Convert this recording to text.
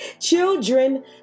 children